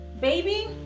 Baby